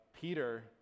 Peter